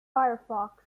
firefox